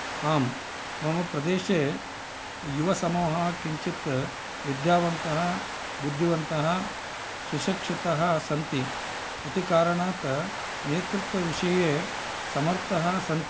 आम् मम प्रदेशे युवसमूहः किञ्चित् विद्यावन्तः बुद्धिवन्तः सुसक्षतः सन्ति इति कारणात् नेतृत्वविषये समर्थः सन्ति